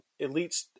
Elites